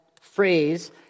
phrase